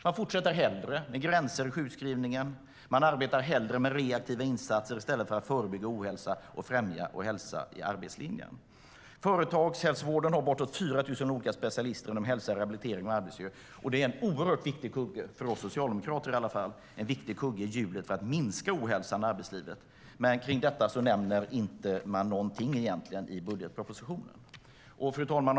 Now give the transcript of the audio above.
Man fortsätter hellre med gränser i sjukskrivningen och arbetar hellre med reaktiva insatser än att förebygga ohälsa och främja hälsa i arbetslinjen. Företagshälsovården har uppemot 4 000 olika specialister inom hälsa, rehabilitering och arbetsmiljö och är en oerhört viktig kugge i hjulet, i alla fall för oss socialdemokrater, för att minska ohälsan i arbetslivet. Men om detta nämner man ingenting i budgetpropositionen. Fru talman!